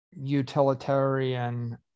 utilitarian